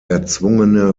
erzwungene